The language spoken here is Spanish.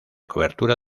cobertura